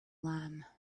lamb